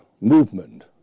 movement